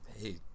Hey